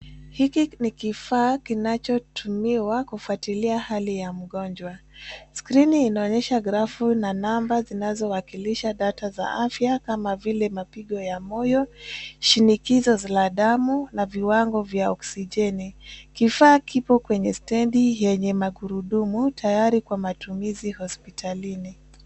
Hiki ni kifaa kinachotumiwa kufuatilia hali ya mgonjwa. Skrini inaonyesha grafu na namba zinazowakilisha data za afya kama vile mapigo ya moyo, shinikizo la damu na viwango vya oksijeni. Kifaa kipo kwenye stendi yenye magurudumu tayari kwa matumizi hospitalini.